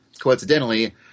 coincidentally